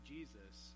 Jesus